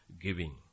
giving